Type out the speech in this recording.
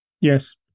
Yes